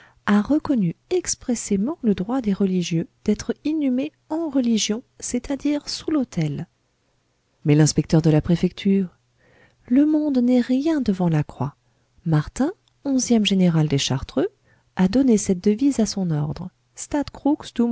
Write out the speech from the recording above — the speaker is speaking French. a reconnu expressément le droit des religieux d'être inhumés en religion c'est-à-dire sous l'autel mais l'inspecteur de la préfecture le monde n'est rien devant la croix martin onzième général des chartreux a donné cette devise à son ordre stat